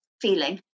feeling